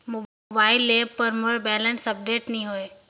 mobile app पर मोर balance update नई हवे